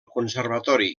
conservatori